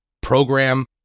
program